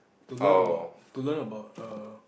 to learn about to learn about err